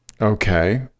Okay